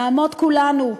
נעמוד כולנו,